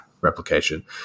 replication